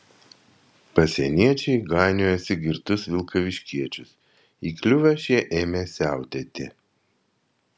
pasieniečiai gainiojosi girtus vilkaviškiečius įkliuvę šie ėmė siautėti